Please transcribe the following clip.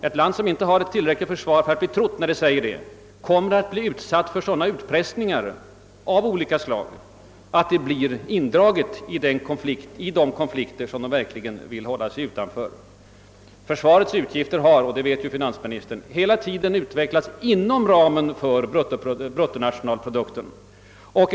Ett land som inte har ett tillräckligt starkt försvar för att bli trott när de säger detta, kommer att utsättas för sådana utpressningar av olika slag, att landet blir indraget i de konflikter det vill hålla sig utanför. Våra försvarsutgifter har hela tiden utvecklats inom ramen för bruttonationalprodukten; det vet finansministern.